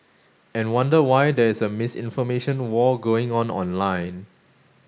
and wonder why there is a misinformation war going on online